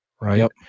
right